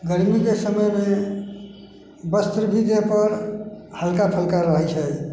गरमीके समयमे वस्त्र भी देहपर हल्का फुल्का रहै छै